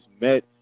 met